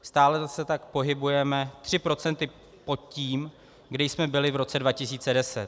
Stále se tak pohybujeme 3 procenta pod tím, kde jsme byli v roce 2010.